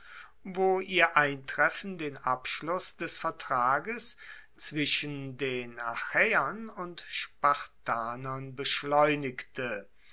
wo ihr eintreffen den abschluss des vertrags zwischen den achaeern und spartanern beschleunigte